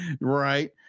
right